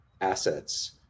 assets